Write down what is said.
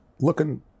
looking